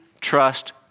trust